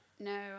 No